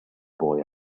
boy